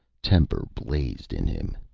temper blazed in him.